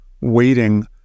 waiting